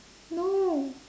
no